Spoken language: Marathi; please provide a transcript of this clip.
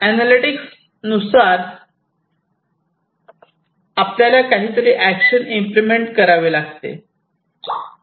अनॅलिटिक्स नुसार प्रमाणे आपल्याला काहीतरी एक्शन इम्प्लिमेंट करावी लागते